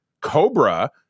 Cobra